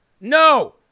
No